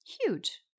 Huge